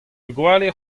vugale